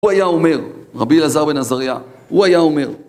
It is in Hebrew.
הוא היה אומר, ערבי אליזר בן עזריה, הוא היה אומר.